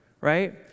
right